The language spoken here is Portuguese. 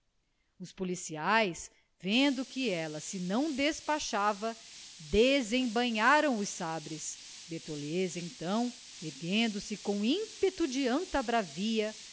os policiais vendo que ela se não despachava desembainharam os sabres bertoleza então erguendo-se com ímpeto de anta bravia